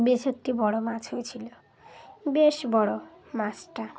বেশ একটি বড়ো মাছ হয়েছিলো বেশ বড়ো মাছটা